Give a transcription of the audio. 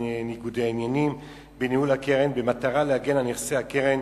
ניגודי עניינים בניהול הקרן במטרה להגן על נכסי הקרן